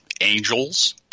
angels